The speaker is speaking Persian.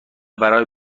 برای